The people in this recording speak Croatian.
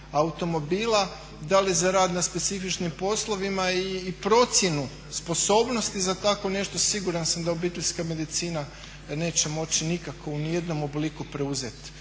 automobila, da li za rad na specifičnim poslovima i procjenu sposobnosti za takvo nešto. Siguran sam da obiteljska medicina neće moći nikako u niti jednom obliku preuzeti.